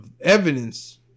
evidence